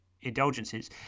indulgences